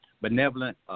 benevolent